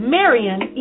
Marion